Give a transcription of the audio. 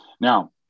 Now